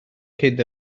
cyn